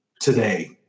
today